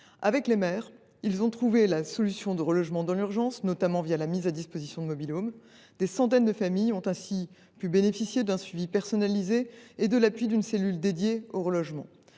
Avec les maires, ils ont trouvé des solutions de relogement dans l’urgence, notamment la mise à disposition de mobil homes. Des centaines de familles ont bénéficié d’un suivi personnalisé et de l’appui d’une cellule consacrée au relogement.